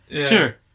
sure